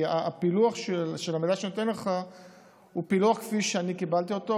כי הפילוח של המידע שאני נותן לך הוא פילוח כפי שאני קיבלתי אותו,